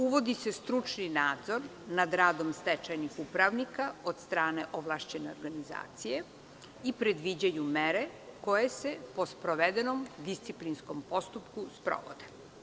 Uvodi se stručni nadzor nad radom stečajnih upravnika od strane ovlašćene organizacije i predviđaju mere koje se po sprovedenom disciplinskom postupku sprovode.